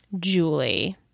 Julie